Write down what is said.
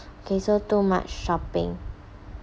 okay so too much shopping